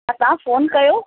तव्हां फ़ोन कयो